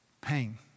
pain